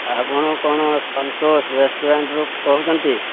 ଆପଣ କ'ଣ ସନ୍ତୋଷ ରେସଟୁରାଣ୍ଟ ରୁ କହୁଛନ୍ତି